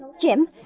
Jim